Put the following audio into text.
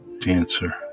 dancer